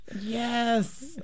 yes